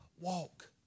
walk